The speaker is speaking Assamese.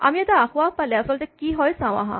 আমি এটা আসোঁৱাহ পালে আচলতে কি হয় চাওঁ আহা